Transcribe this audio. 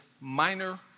minor